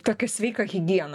tokią sveiką higieną